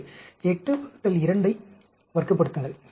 எனவே 8 ÷ 2ஐ வர்க்கப்படுத்துங்கள்